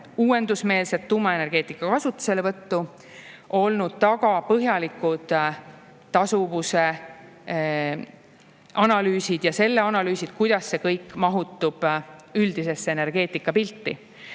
uuendusmeelset tuumaenergeetika kasutuselevõttu on tõepoolest olnud seal taga põhjalikud tasuvuse analüüsid ja selle analüüsid, kuidas see kõik mahutub üldisesse energeetikapilti.